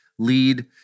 lead